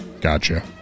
Gotcha